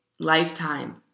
lifetime